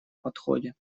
подходе